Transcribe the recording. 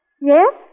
Yes